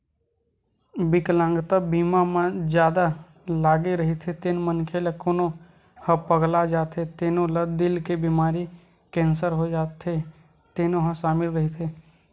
बिकलांगता बीमा म जादा लागे रहिथे तेन मनखे ला कोनो ह पगला जाथे तेनो ला दिल के बेमारी, केंसर हो जाथे तेनो ह सामिल रहिथे